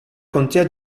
contea